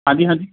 ਹਾਂਜੀ ਹਾਂਜੀ